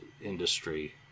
industry